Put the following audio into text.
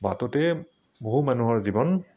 বাটতে বহু মানুহৰ জীৱন